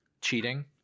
cheating